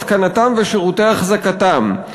התקנתם ושירותי אחזקתם,